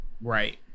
right